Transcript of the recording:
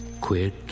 Quit